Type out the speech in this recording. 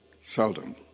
Seldom